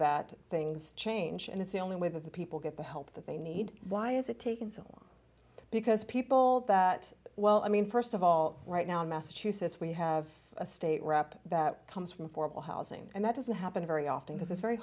that things change and it's the only way that the people get the help that they need why is it taking so long because people that well i mean st of all right now in massachusetts we have a state rep that comes from formal housing and that doesn't happen very often because it's very